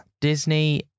Disney